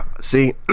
see